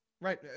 Right